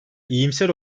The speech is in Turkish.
iyimser